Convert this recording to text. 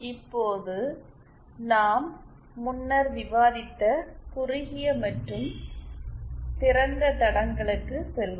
இப்போது நாம் முன்னர் விவாதித்த குறுகிய மற்றும் திறந்த தடங்களுக்கு செல்வோம்